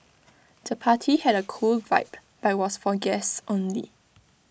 the party had A cool vibe but was for guests only